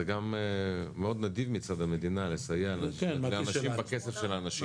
זה גם מאוד נדיב מצד המדינה לסייע לאנשים בכסף של האנשים.